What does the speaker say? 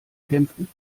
kämpfen